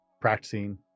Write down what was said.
practicing